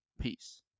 Peace